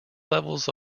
levels